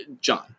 John